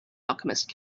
alchemist